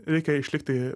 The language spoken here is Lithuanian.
reikia išlikti